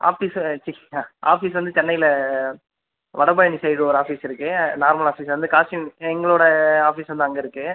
office office வந்து சென்னையில் Vadapalani side ஒரு ஆஃபிஸ் இருக்கு நார்மல் ஆஃபிஸ் வந்து காஸ்ட்டியூம் டிசைன் எங்களோடய ஆஃபிஸ் வந்து அங்கே இருக்குது